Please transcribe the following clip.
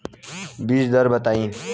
बीज दर बताई?